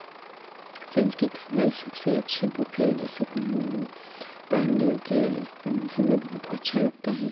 संस्कृत हमारी सबसे अच्छी बुक है जिसे पढ़ने में पढ़ने के हमें बहुत अच्छा लगता है